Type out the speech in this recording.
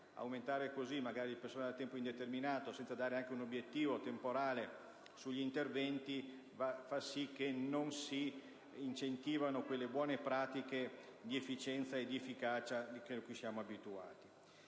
Aumentare il personale a tempo indeterminato senza porre un obiettivo temporale agli interventi fa sì che non si incentivino le buone pratiche di efficienza e di efficacia cui siamo abituati.